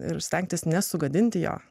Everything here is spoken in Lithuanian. ir stengtis nesugadinti jo